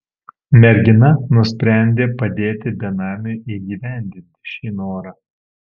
mergina nusprendė padėti benamiui įgyvendinti šį norą